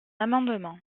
amendement